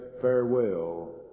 farewell